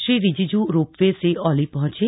Shri Rijiju ropeway से औली पहुंचे